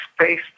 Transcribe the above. space